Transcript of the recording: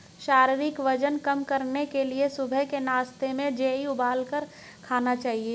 शारीरिक वजन कम करने के लिए सुबह के नाश्ते में जेई उबालकर खाने चाहिए